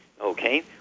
okay